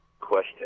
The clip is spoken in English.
question